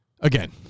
Again